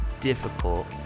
difficult